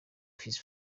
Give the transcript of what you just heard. his